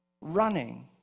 running